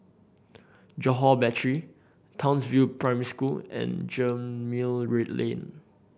Johore Battery Townsville Primary School and Gemmill Lane